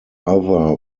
other